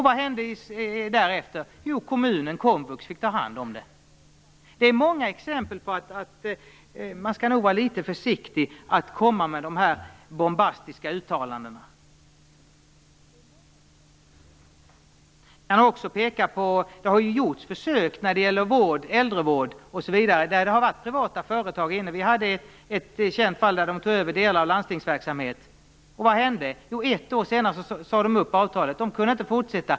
Vad hände därefter? Jo, kommunen och komvux fick ta hand om det hela. Det finns många exempel på att man nog skall vara litet försiktig med att komma med bombastiska uttalanden. Det har gjorts försök med vård och äldrevård då privata företag har anlitats. Vi hade ett känt fall då ett privat företag tog över delar av landstingets verksamhet. Vad hände? Jo, ett år senare sade företaget upp avtalet.